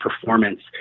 performance